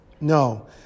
No